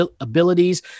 abilities